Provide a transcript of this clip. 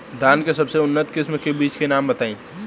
धान के सबसे उन्नत किस्म के बिज के नाम बताई?